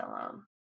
alone